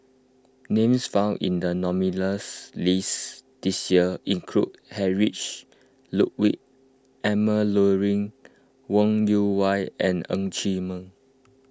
names found in the nominees' list this year include Heinrich Ludwig Emil Luering Wong Yoon Wah and Ng Chee Meng